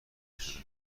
شده